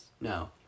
No